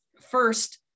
First